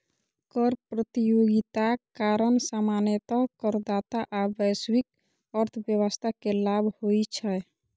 कर प्रतियोगिताक कारण सामान्यतः करदाता आ वैश्विक अर्थव्यवस्था कें लाभ होइ छै